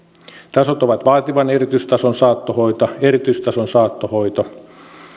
tasot ovat vaativan erityistason saattohoito erityistason saattohoito